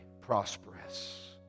prosperous